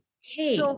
hey